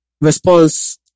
response